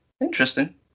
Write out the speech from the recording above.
Interesting